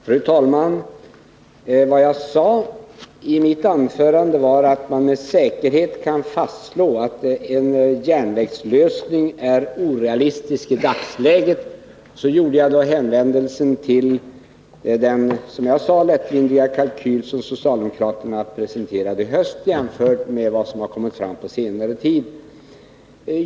Fru talman! Jag sade i mitt anförande att man med säkerhet kan fastslå att en järnvägslösning i dagsläget är orealistisk. Då hänvisade jag till den, som jag betecknade den, lättvindiga kalkyl som socialdemokraterna i höstas presenterade, med tanke på vad som på senare tid framkommit.